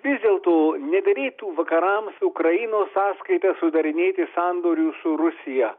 vis dėlto nederėtų vakarams ukrainos sąskaita sudarinėti sandorių su rusija